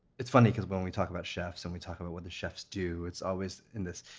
it's funny because when we talk about chefs and we talk about what the chefs do, it's always in this